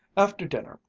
after dinner,